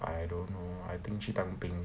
I don't know I think 去当兵